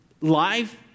life